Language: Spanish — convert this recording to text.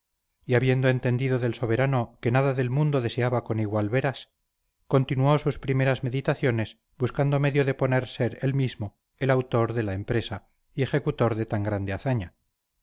y habiendo entendido del soberano que nada del mundo deseaba con igual veras continuó sus primeras meditaciones buscando medio de poder ser él mismo el autor de la empresa y ejecutor de tan grande hazaña